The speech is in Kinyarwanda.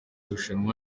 irushanwa